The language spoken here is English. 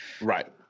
Right